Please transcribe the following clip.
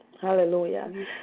Hallelujah